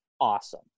awesome